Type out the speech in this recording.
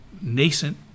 nascent